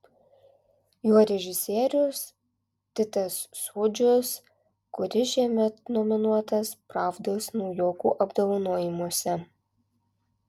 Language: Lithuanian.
jo režisierius titas sūdžius kuris šiemet nominuotas pravdos naujokų apdovanojimuose